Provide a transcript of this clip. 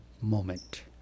moment